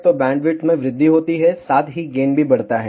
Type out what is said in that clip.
तो बैंडविड्थ में वृद्धि होती है साथ ही गेन भी बढ़ता है